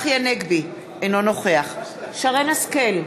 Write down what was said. אינו נוכח צחי הנגבי, אינו נוכח שרן השכל,